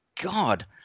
god